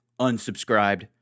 Unsubscribed